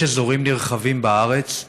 יש אזורים נרחבים בארץ,